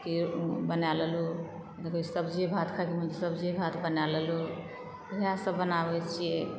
बनाए लेलु नै तऽ कहियो सब्जीए भात खायके मोन भेल तऽ सब्जीए भात बनाए लेलु इएह सब बनाबै छियै